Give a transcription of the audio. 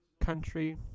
Country